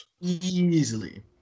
easily